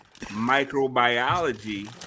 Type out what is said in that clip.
Microbiology